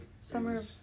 Summer